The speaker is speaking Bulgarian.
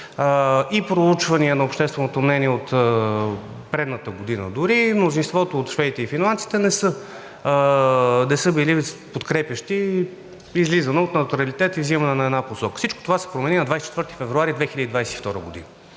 проучвания на общественото мнение от предната година дори, мнозинството от шведите и финландците не са били подкрепящи излизане от неутралитет и взимане на една посока. Всичко това се промени на 24 февруари 2022 г.